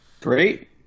Great